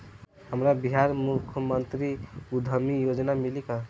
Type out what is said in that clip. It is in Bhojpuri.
हमरा बिहार मुख्यमंत्री उद्यमी योजना मिली का?